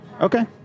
Okay